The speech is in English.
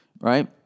right